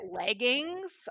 leggings